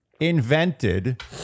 invented